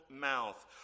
mouth